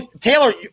Taylor